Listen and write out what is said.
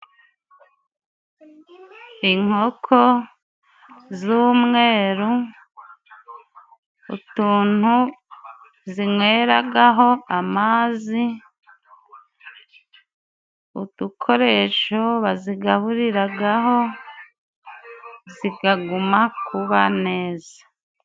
Inkoko, z'umweru, utuntu zinyweragaho amazi, udukoresho bazigaburiraga ho ,zikaguma kuba neza.